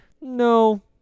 no